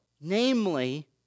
namely